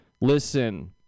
Listen